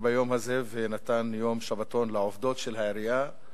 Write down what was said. ביום הזה ונתן יום שבתון לעובדות של העירייה.